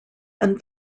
and